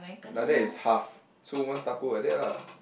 like that is half so one taco like that lah